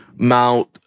Mount